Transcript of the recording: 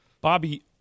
Bobby